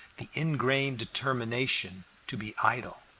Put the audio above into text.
the ingrained determination to be idle.